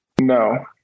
No